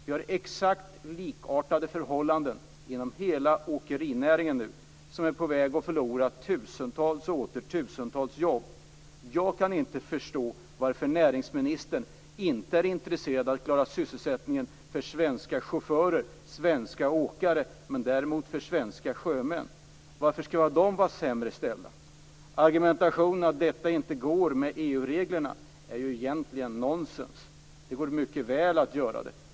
Vi har likartade förhållanden inom hela åkerinäringen. Den är på väg att förlora tusentals och åter tusentals jobb. Jag kan inte förstå varför näringsministern inte är intresserad av att klara sysselsättningen för svenska chaufförer och svenska åkare, men däremot för svenska sjömän. Varför skall chaufförerna och åkarna vara sämre ställda? Argumentationen att detta inte går att genomföra på grund av EU-reglerna är ju egentligen nonsens. Det går mycket väl att göra det.